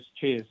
Cheers